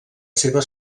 seva